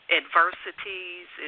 adversities